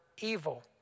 evil